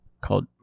called